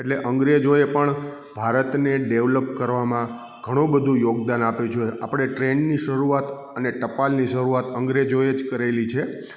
એટલે અંગ્રેજો એ પણ ભારતને ડેવલોપ કરવામાં ઘણું બધું યોગદાન આપવું જોઈએ આપણે ટ્રેનની શરૂઆત અને ટપાલની શરૂઆત અંગ્રેજોએ જ કરેલી છે